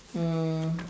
um